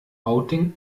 outing